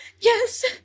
Yes